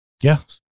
yes